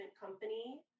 company